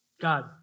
God